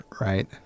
right